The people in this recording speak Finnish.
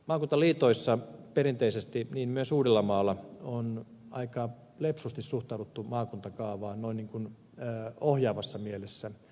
maakuntaliitoissa perinteisesti niin myös uudellamaalla on aika lepsusti suhtauduttu maakuntakaavaan noin niin kuin ohjaavassa mielessä